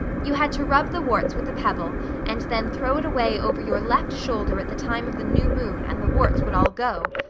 you had to rub the warts with the pebble and then throw it away over your left shoulder at the time of the new moon and the warts would all go.